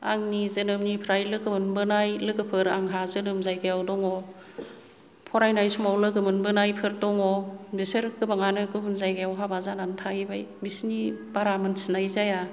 आंनि जोनोमनिफ्राय लोगो मोनबोनाय लोगोफोर आंहा जोनोम जायगायाव दङ फरायनाय समाव लोगो मोनबोनायफोर दङ बिसोर गोबांआनो गुबुन जायगायाव हाबा जानानै थाहैबाय बिसिनि बारा मोनथिनाय जाया